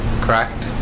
Correct